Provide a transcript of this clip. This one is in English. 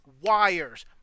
wires